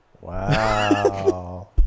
Wow